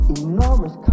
enormous